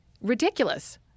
ridiculous